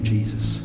Jesus